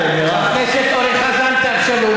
חבר הכנסת אורן חזן, תאפשר לו.